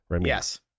Yes